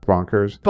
Bonkers